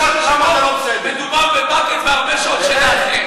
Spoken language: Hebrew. מדובר, והרבה שעות שינה.